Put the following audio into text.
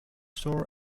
store